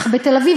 בתל-אביב,